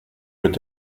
mit